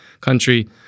country